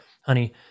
honey